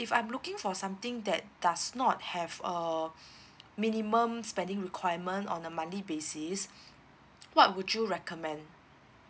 if I'm looking for something that does not have uh minimum spending requirement on a monthly basis what would you recommend